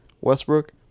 Westbrook